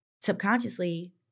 subconsciously